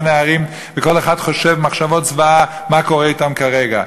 נערים וכל אחד חושב מחשבות זוועה מה קורה אתם כרגע.